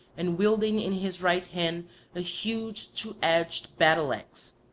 and wielding in his right hand a huge two-edged battleaxe.